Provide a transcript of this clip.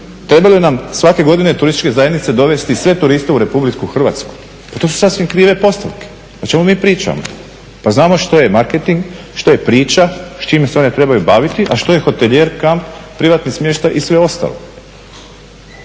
Trebaju li nam svake godine turističke zajednice dovesti sve turiste u RH? Pa to su sasvim krive postavke, o čemu mi pričamo. Pa znamo šta je marketing, što je priča, s čime se one trebaju baviti, a što je hotelijer kamp, privatni smještaj i sve ostalo.